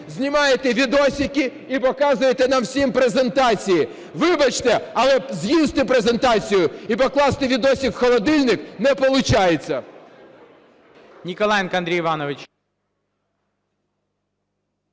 знімаєте "відосики" і показуєте нам всім презентації. Вибачте, але з'їсти презентацію і покласти "відосик" в холодильник не получається.